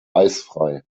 eisfrei